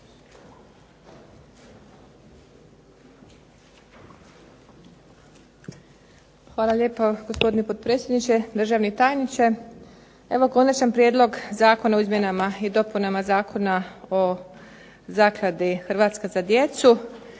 Hvala lijepa gospodine potpredsjedniče, državni tajniče. Evo Konačan prijedlog Zakona o izmjenama i dopunama Zakona o Zakladi "Hrvatska za djecu"